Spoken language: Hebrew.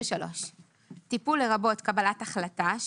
לרבות קבלת החלטה,